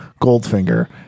Goldfinger